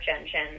engine